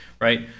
right